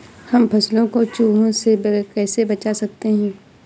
हम फसलों को चूहों से कैसे बचा सकते हैं?